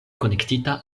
konektita